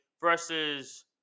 versus